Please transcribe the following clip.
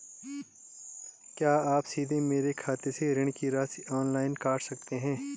क्या आप सीधे मेरे खाते से ऋण की राशि ऑनलाइन काट सकते हैं?